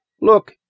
Look